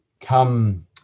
come